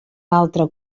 altre